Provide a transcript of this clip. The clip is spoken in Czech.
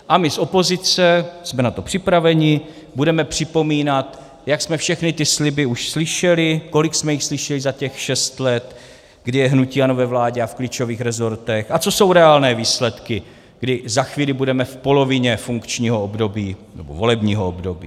My z opozice jsme na to připraveni, budeme připomínat, jak jsme všechny ty sliby už slyšeli, kolik jsme jich slyšeli za těch šest let, kdy je hnutí ANO ve vládě a v klíčových rezortech, a co jsou reálné výsledky, kdy za chvíli budeme v polovině funkčního, nebo volebního období.